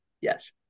Yes